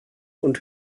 und